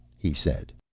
he said.